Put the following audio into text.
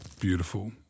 Beautiful